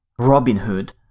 Robinhood